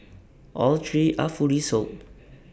all three are fully sold